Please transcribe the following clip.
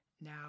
now